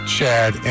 Chad